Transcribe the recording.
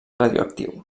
radioactiu